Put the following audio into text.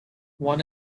one